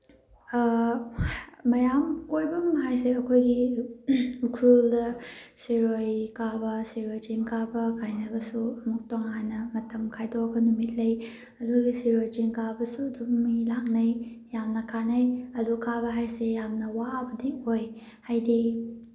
ꯃꯌꯥꯝ ꯀꯣꯏꯕꯝ ꯍꯥꯏꯁꯦ ꯑꯩꯈꯣꯏꯒꯤ ꯎꯈ꯭ꯔꯨꯜꯗ ꯁꯤꯔꯣꯏ ꯀꯥꯕ ꯁꯤꯔꯣꯏ ꯆꯤꯡ ꯀꯥꯕ ꯀꯥꯏꯅꯒꯁꯨ ꯑꯃꯨꯛ ꯇꯣꯉꯥꯟꯅ ꯃꯇꯝ ꯈꯥꯏꯗꯣꯛꯑꯒ ꯅꯨꯃꯤꯠ ꯂꯩ ꯑꯗꯨꯒꯤ ꯁꯤꯔꯣꯏ ꯆꯤꯡ ꯀꯥꯕꯁꯨꯨ ꯑꯗꯨꯝ ꯃꯤ ꯂꯥꯛꯅꯩ ꯌꯥꯝꯅ ꯀꯥꯅꯩ ꯑꯗꯨ ꯀꯥꯕ ꯍꯥꯏꯁꯦ ꯌꯥꯝꯅ ꯋꯥꯕꯗꯤ ꯑꯣꯏ ꯍꯥꯏꯗꯤ